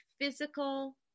physical